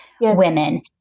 women